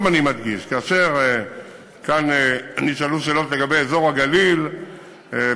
ועוד הפעם אני מדגיש: כאשר כאן נשאלו שאלות לגבי אזור הגליל וכו',